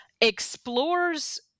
explores